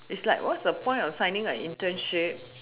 it's like what's the point of signing an internship